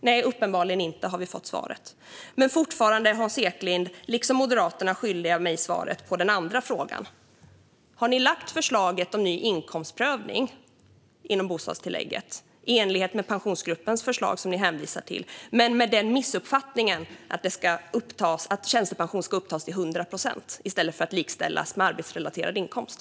Nej, uppenbarligen inte, har vi fått höra. Hans Eklind och Moderaterna är mig fortfarande svaret skyldiga på den andra frågan: Har ni lagt fram förslaget om ny inkomstprövning inom bostadstillägget i enlighet med Pensionsgruppens förslag, som ni hänvisar till, men med den missuppfattningen att tjänstepension ska upptas till 100 procent i stället för att likställas med arbetsrelaterad inkomst?